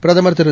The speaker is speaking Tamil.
பிரதம் திரு